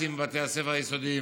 מד"צים בבתי הספר היסודיים,